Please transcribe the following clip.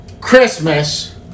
Christmas